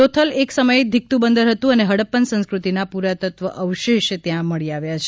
લોથલ એક સમયે ધીકતું બંદર હતું અને હડપપન સંસ્ક્રતિ ના પુરાતત્વ અવશેષ ત્યાં મળી આવ્યા છે